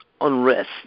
unrest